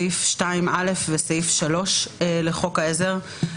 סעיף 2(א) וסעיף 3 לחוק העזר,